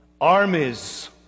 armies